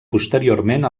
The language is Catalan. posteriorment